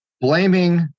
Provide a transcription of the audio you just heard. blaming